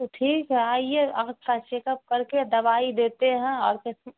تو ٹھیک ہے آئیے آپ کو چیک اپ کرکے دوائی دیتے ہیں اور پھر